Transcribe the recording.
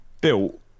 built